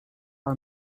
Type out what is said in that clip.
our